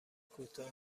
کوتاه